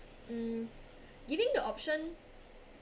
um giving the option